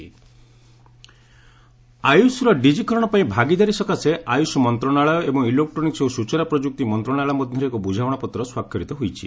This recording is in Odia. ଆୟୁଷ ଏମ୍ଓୟୁ ଆୟୁଷର ଡିକ୍କିକରଣ ପାଇଁ ଭାଗିଦାରୀ ସକାଶେ ଆୟୁଷ ମନ୍ତ୍ରଣାଳୟ ଏବଂ ଇଲେକ୍ଟ୍ରୋନିକ୍କ ଓ ସୂଚନା ପ୍ରଯୁକ୍ତି ମନ୍ତ୍ରଣାଳୟ ମଧ୍ୟରେ ଏକ ବୁଝାମଣାପତ୍ର ସ୍ପାକ୍ଷରିତ ହୋଇଛି